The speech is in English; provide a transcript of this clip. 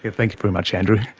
ah thanks very much andrew.